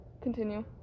Continue